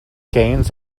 gains